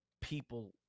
people